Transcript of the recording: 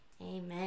amen